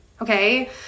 okay